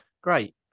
Great